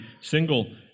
single